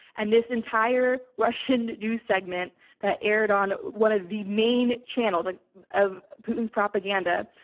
and this entire russian news segment that aired on one of the main channels, like of putin's propaganda.